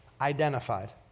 identified